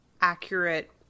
accurate